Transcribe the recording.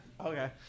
Okay